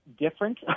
different